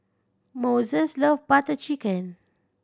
Moises loves Butter Chicken